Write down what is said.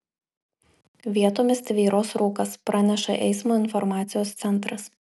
vietomis tvyros rūkas praneša eismo informacijos centras